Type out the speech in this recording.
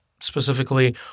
specifically